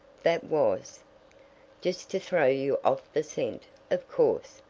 that was just to throw you off the scent, of course,